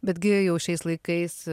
betgi jau šiais laikais